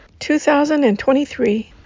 2023